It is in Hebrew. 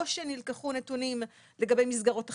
או שנלקחו נתונים לגבי מסגרות אחרות,